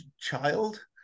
child